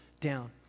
down